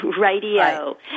radio